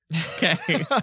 okay